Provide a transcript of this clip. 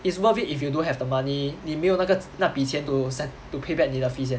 it's worth it if you don't have the money 你没有那个那笔钱 to send to pay back 你的 fees 先